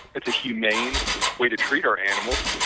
it's a humane way to treat our animals,